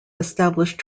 established